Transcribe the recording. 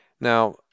now